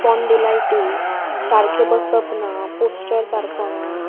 spondylitis सारके बसप ना पोस्चर सारको ना